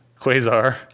Quasar